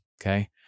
okay